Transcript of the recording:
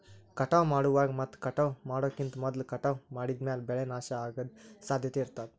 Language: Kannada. ಕಟಾವ್ ಮಾಡುವಾಗ್ ಮತ್ ಕಟಾವ್ ಮಾಡೋಕಿಂತ್ ಮೊದ್ಲ ಕಟಾವ್ ಮಾಡಿದ್ಮ್ಯಾಲ್ ಬೆಳೆ ನಾಶ ಅಗದ್ ಸಾಧ್ಯತೆ ಇರತಾದ್